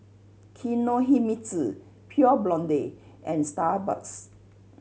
Kinohimitsu Pure Blonde and Starbucks